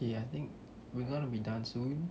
okay I think we're gonna be done soon